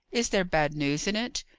is there bad news in it?